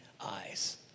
eyes